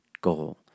goal